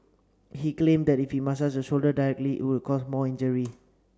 he claimed that if he massaged shoulder directly it would cause more injury